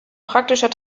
praktischer